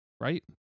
right